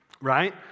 right